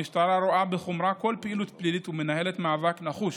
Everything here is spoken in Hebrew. המשטרה רואה בחומרה כל פעילות פלילית ומנהלת מאבק נחוש